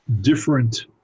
different